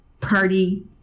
party